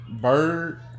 bird